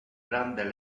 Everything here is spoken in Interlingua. grande